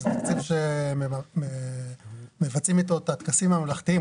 זה תקציב שמבצעים איתו את הטקסים הממלכתיים,